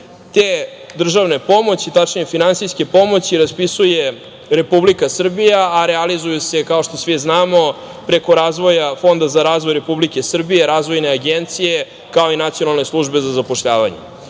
Te državne pomoći, tačnije finansijske pomoći raspisuje Republika Srbija, a realizuju se kao što svi znamo preko Fonda za razvoj Republike Srbije, Razvojne agencije, kao i Nacionalne službe za zapošljavanje.Međutim,